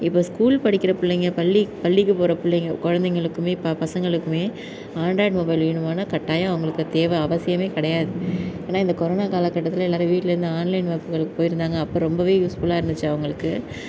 இப்போ ஸ்கூல் படிக்கிற பிள்ளைங்க பள்ளி பள்ளிக்கு போகிற பிள்ளைங்க குழந்தைங்களுக்குமே இப்போ பசங்களுக்கும் ஆண்ட்ராய்ட் மொபைலு வேணுமானால் கட்டாயம் அவர்களுக்கு தேவை அவசியமே கிடையாது ஆனால் இந்த கொரோனா காலகட்டத்தில் எல்லோரும் வீட்லேருந்து ஆன்லைன் வகுப்புகளுக்கு போயிருந்தாங்க அப்போ ரொம்பவே யூஸ்ஃபுல்லாக இருந்துச்சி அவர்களுக்கு